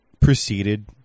proceeded